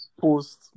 post